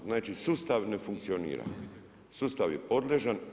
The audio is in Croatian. A znači sustav ne funkcionira, sustav je podležan.